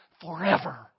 forever